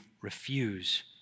refuse